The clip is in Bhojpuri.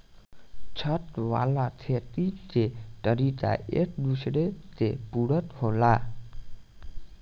छत वाला खेती के तरीका एक दूसरा के पूरक होला